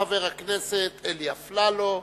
חבר הכנסת אלי אפללו,